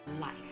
life